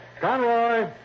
Conroy